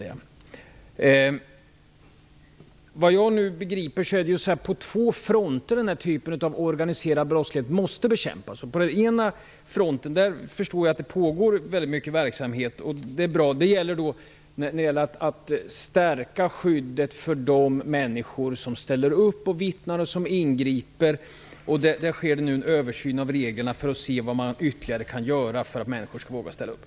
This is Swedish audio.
Såvitt jag nu begriper, är det på två fronter som den här typen av organiserad brottslighet måste bekämpas. På den ena fronten pågår det mycket verksamhet, och det är bra. Det är när det gäller att stärka skyddet för de människor som ställer upp och vittnar och som ingriper. Där sker det nu en översyn av reglerna, för att se vad man kan göra ytterligare för att människor skall våga ställa upp.